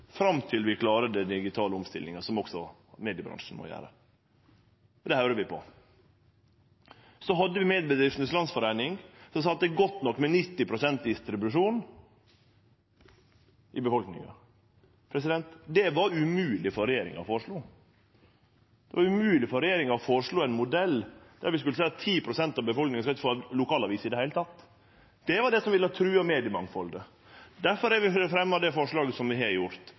fram til vi klarer den digitale omstillinga som også mediebransjen må gjere. Det høyrer vi på. Så hadde vi Mediebedriftenes Landsforening, som sa at det er godt nok med 90 pst. distribusjon i befolkninga. Det var det umogleg for regjeringa å føreslå – det var umogleg for regjeringa å føreslå ein modell der vi skulle seie at 10 pst. av befolkninga ikkje skal få lokalavis i det heile. Det var det som ville ha trua mediemangfaldet. Derfor har vi fremma det forslaget som vi har